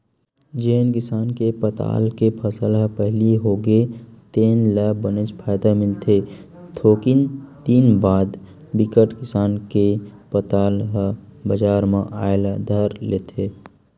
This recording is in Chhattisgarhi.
जेन किसान के पताल के फसल ह पहिली होगे तेन ल बनेच फायदा मिलथे थोकिन दिन बाद बिकट किसान के पताल ह बजार म आए ल धर लेथे